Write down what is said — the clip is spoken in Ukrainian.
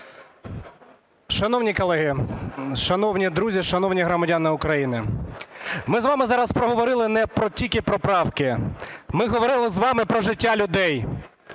Шановні колеги, шановні друзі, шановні народні громадяни України! Ми з вами зараз проговорили не тільки про правки, ми говорили з вами про життя людей,